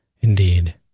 Indeed